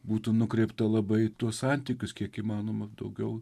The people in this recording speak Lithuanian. būtų nukreipta labai į tuos santykius kiek įmanoma daugiau